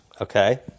Okay